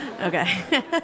Okay